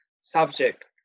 subject